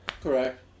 Correct